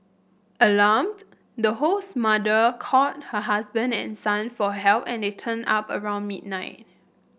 alarmed the host mother called her husband and son for help and they turned up around midnight